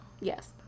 yes